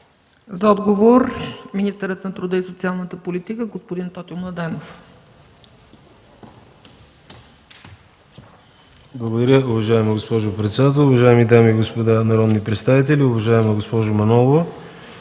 За отговор – министърът на труда и социалната политика господин Тотю Младенов.